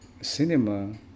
cinema